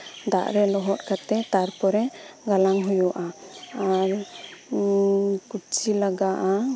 ᱫᱟᱜᱨᱮ ᱞᱚᱦᱚᱫ ᱠᱟᱛᱮᱜ ᱛᱟᱨᱯᱚᱨᱮ ᱜᱟᱞᱟᱝ ᱦᱩᱭᱩᱜᱼᱟ ᱟᱨ ᱠᱩᱪᱷᱤ ᱞᱟᱜᱟᱜᱼᱟ